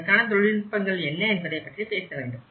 அதற்கான தொழில்நுட்பங்கள் என்ன என்பதைப்பற்றிய பேச வேண்டும்